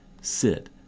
sit